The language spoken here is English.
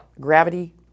gravity